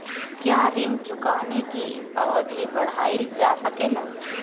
क्या ऋण चुकाने की अवधि बढ़ाईल जा सकेला?